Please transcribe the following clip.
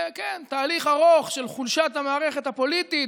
זה תהליך ארוך של חולשת המערכת הפוליטית,